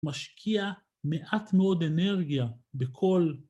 ‫משקיע מעט מאוד אנרגיה ‫בכל חלק.